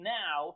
now